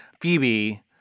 Phoebe